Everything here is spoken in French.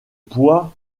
poids